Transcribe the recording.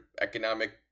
economic